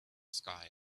sky